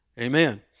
Amen